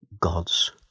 God's